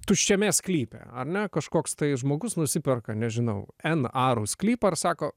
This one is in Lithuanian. tuščiame sklype ar ne kažkoks tai žmogus nusiperka nežinau n arų sklypą ir sako